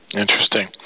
Interesting